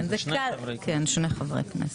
כן, שני חברי כנסת.